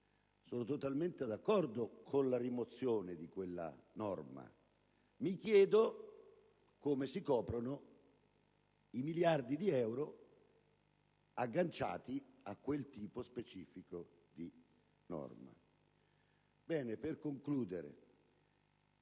Sono totalmente d'accordo con la rimozione di quella misura; mi chiedo però come si coprano i miliardi di euro agganciati a quella specifica norma. Per concludere,